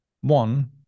one